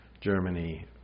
Germany